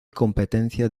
competencia